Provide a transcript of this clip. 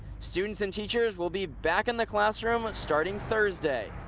students and teachers will be back in the classroom starting thursday.